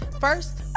First